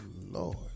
Lord